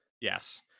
Yes